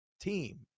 team